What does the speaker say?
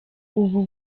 ubu